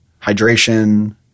hydration